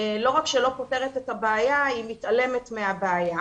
לא רק שלא פותר את הבעיה, היא מתעלמת מהבעיה.